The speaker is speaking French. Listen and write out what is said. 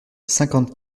cinquante